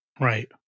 Right